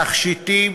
תכשיטים,